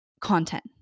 content